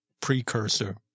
precursor